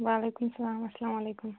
وَعلیکُم اَسَلام اَسلامُ علیکُم